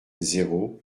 zéro